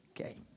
okay